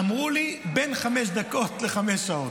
אמרו לי בין חמש דקות לחמש שעות.